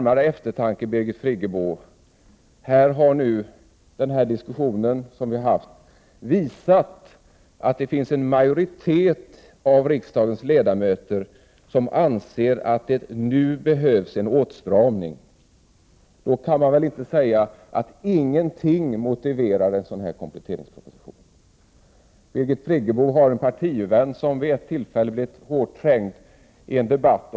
Men den diskussion vi nu har haft visar att en majoritet av riksdagens ledamöter anser att det nu behövs en åtstramning. Vid närmare eftertanke, Birgit Friggebo, kan man väl inte säga att ingenting motiverar en sådan här kompletteringsproposition. Birgit Friggebo har en partivän som vid ett tillfälle blev hårt trängd i en debatt.